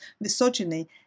misogyny